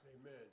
Amen